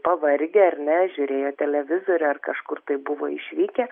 pavargę ar ne žiūrėjo televizorių ar kažkur tai buvo išvykę